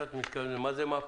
מה זה מפ"א?